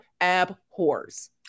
abhors